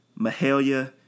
mahalia